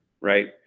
Right